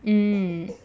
mm